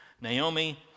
Naomi